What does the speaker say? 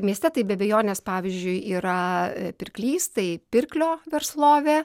mieste tai be abejonės pavyzdžiui yra pirklys tai pirklio verslovė